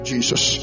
Jesus